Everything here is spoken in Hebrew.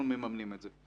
אנחנו מממנים את זה.